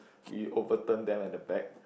we overturn them at the back